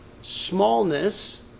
smallness